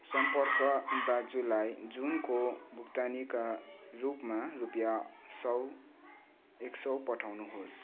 सम्पर्क दाजुलाई जुनको भुक्तानीका रूपमा रुपियाँ एक सौ पठाउनुहोस्